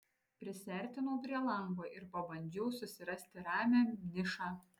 prisiartinau prie lango ir pabandžiau susirasti ramią nišą